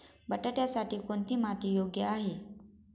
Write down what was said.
बटाट्यासाठी कोणती माती योग्य आहे?